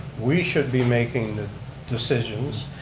we should be making the decisions.